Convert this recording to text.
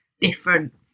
different